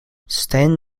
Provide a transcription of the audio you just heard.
stan